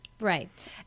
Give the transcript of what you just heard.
Right